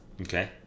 Okay